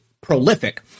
prolific—